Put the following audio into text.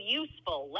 useful